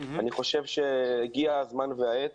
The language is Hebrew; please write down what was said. שאני חושב שהגיעה הזמן והעת